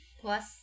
Plus